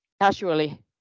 casually